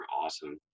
awesome